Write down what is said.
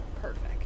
Perfect